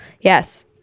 Yes